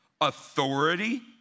authority